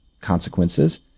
consequences